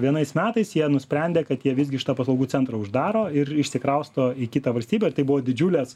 vienais metais jie nusprendė kad jie visgi šitą paslaugų centrą uždaro ir išsikrausto į kitą valstybę ir tai buvo didžiulės